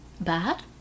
Bad